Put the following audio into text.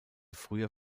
früher